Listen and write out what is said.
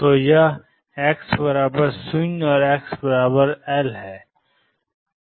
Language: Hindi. तो यह x0 और xL है